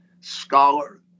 scholar